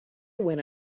went